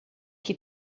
que